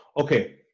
Okay